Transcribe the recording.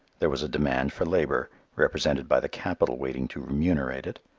there was a demand for labor, represented by the capital waiting to remunerate it,